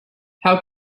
how